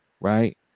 right